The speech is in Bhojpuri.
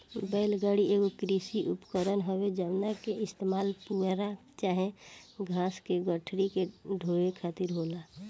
बैल गाड़ी एगो कृषि उपकरण हवे जवना के इस्तेमाल पुआल चाहे घास के गठरी के ढोवे खातिर होला